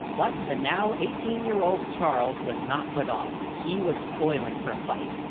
but the now eighteen year old charles was not put off. he was spoiling for a fight.